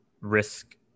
risk